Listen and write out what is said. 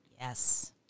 Yes